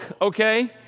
okay